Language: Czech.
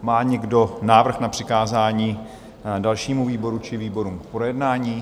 Má někdo návrh na přikázání dalšímu výboru či výborům k projednání?